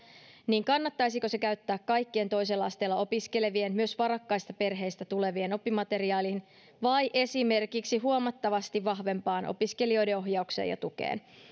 niin kannattaisiko se käyttää kaikkien toisella asteella opiskelevien myös varakkaista perheistä tulevien oppimateriaaliin vai esimerkiksi huomattavasti vahvempaan opiskelijoiden ohjaukseen ja tukeen